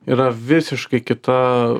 yra visiškai kita